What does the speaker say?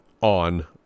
on